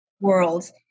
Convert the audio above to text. worlds